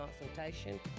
consultation